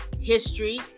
history